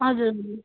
हजुर